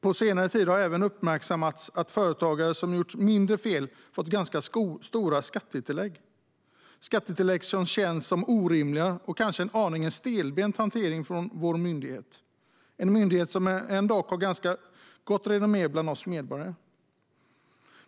På senare tid har även uppmärksammats att företagare som gjort mindre fel fått ganska stora skattetillägg, som känns orimliga och kanske vittnar om en något stelbent hantering från vår myndighet - en myndighet som ändå har ganska gott renommé bland oss medborgare.